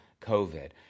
COVID